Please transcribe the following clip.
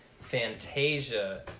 Fantasia